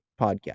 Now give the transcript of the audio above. podcast